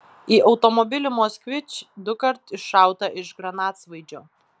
į automobilį moskvič dukart iššauta iš granatsvaidžio